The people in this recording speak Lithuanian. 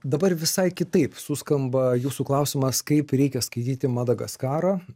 dabar visai kitaip suskamba jūsų klausimas kaip reikia skaityti madagaskarą